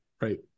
right